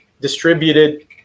distributed